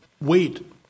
wait